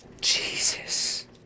Jesus